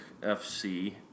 FC